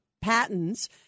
patents